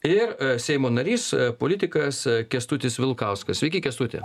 ir seimo narys politikas kęstutis vilkauskas sveiki kęstuti